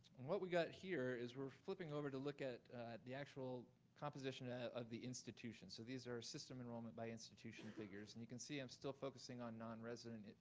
what we got here, is we're flipping over to look at the actual composition of the institution. so these are system enrollment by institution figures, and you can see i'm still focusing on nonresident, and